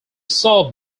saw